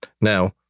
Now